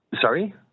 Sorry